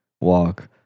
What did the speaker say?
walk